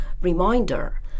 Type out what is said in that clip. reminder